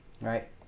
right